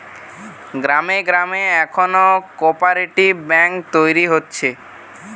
গ্রামে গ্রামে এখন কোপরেটিভ বেঙ্ক তৈরী হচ্ছে